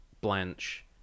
Blanche